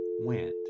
went